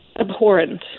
abhorrent